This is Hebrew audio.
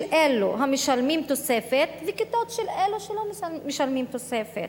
אלו המשלמים תוספת וכיתות של אלו שלא משלמים תוספת.